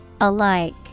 Alike